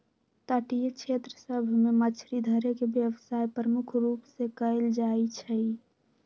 तटीय क्षेत्र सभ में मछरी धरे के व्यवसाय प्रमुख रूप से कएल जाइ छइ